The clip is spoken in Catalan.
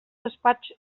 despatx